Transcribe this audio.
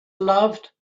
loved